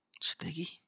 Sticky